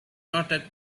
not